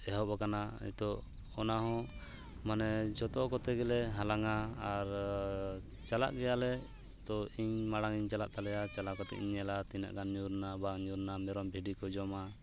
ᱮᱦᱚᱵ ᱟᱠᱟᱱᱟ ᱱᱤᱛᱚᱜ ᱚᱱᱟ ᱦᱚᱸ ᱢᱟᱱᱮ ᱡᱚᱛᱚ ᱠᱚᱛᱮ ᱜᱮᱞᱮ ᱦᱟᱞᱟᱝᱼᱟ ᱟᱨᱻ ᱪᱟᱞᱟᱜ ᱜᱮᱭᱟᱞᱮ ᱛᱚ ᱤᱧ ᱢᱟᱲᱟᱝ ᱤᱧ ᱪᱟᱞᱟᱜ ᱛᱟᱞᱮᱭᱟ ᱪᱟᱞᱟᱣ ᱠᱟᱛᱮᱫ ᱤᱧ ᱧᱮᱞᱟ ᱛᱤᱱᱟᱹᱜ ᱜᱟᱱ ᱧᱩᱨ ᱮᱱᱟ ᱵᱟᱝ ᱧᱩᱨ ᱮᱱᱟ ᱢᱮᱨᱚᱢ ᱵᱷᱮᱰᱤ ᱠᱚ ᱡᱚᱢᱟ